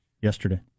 yesterday